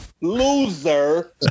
Loser